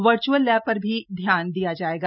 virtual lab पर भी ध्यान दिया जाएगा